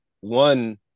one